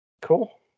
Cool